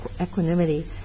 equanimity